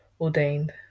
ordained